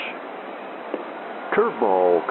Curveball